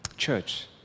Church